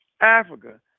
Africa